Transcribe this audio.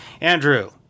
Andrew